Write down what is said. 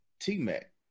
T-Mac